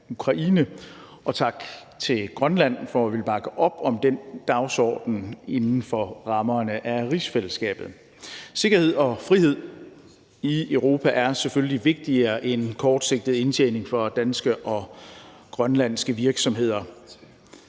tak til Grønland for at ville bakke op om den dagsorden inden for rammerne af rigsfællesskabet. Sikkerhed og frihed i Europa er selvfølgelig vigtigere end kortsigtet indtjening for danske og grønlandske virksomheder.